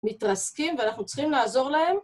מתרסקים ואנחנו צריכים לעזור להם.